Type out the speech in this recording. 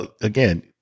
again